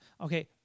okay